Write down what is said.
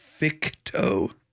ficto